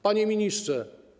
Panie Ministrze!